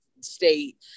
state